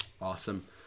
Awesome